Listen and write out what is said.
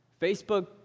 Facebook